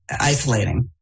isolating